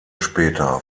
später